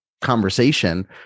conversation